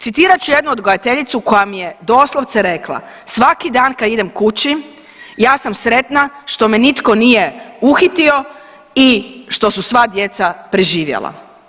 Citirat ću jednu odgajateljicu koja mi je doslovce rekla, svaki dan kad idem kući ja sam sretna što me nitko nije uhitio i što su sva djeca preživjela.